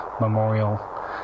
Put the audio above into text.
Memorial